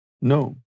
No